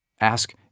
Ask